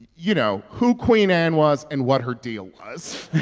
you know, who queen anne was and what her deal was